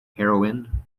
heroine